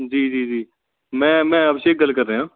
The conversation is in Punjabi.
ਜੀ ਜੀ ਜੀ ਮੈਂ ਮੈਂ ਅਭਿਸ਼ੇਕ ਗੱਲ ਰਿਹਾ